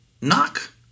knock